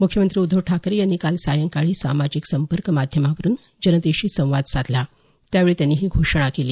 मुख्यमंत्री उद्धव ठाकरे यांनी काल सायंकाळी सामाजिक संपर्क माध्यमांवरून जनतेशी संवाद साधला त्यावेळी त्यांनी ही घोषणा केली